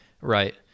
right